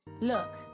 Look